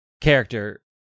character